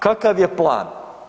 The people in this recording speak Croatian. Kakav je plan?